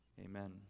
Amen